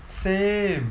same